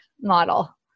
model